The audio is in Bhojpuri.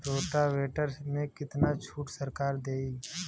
रोटावेटर में कितना छूट सरकार देही?